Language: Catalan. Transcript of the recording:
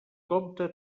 compte